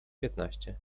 piętnaście